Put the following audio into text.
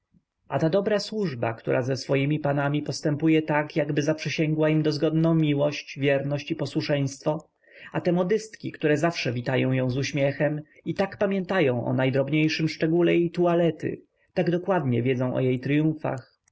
a ta dobra służba która ze swymi panami postępuje tak jakby zaprzysięgła im dozgonną miłość wierność i posłuszeństwo a te modystki które zawsze witają ją z uśmiechem i tak pamiętają o najdrobniejszym szczególe jej tualety tak dokładnie wiedzą o jej